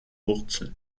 wurzel